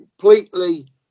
completely